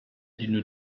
d’une